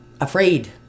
afraid